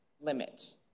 limit